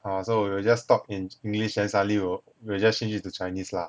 oh so we will just talk in english then suddenly will we will just change it to chinese lah